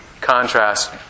contrast